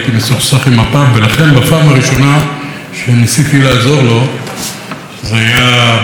ולכן בפעם הראשונה שניסיתי לעזור לו זה היה בכנסת התשיעית.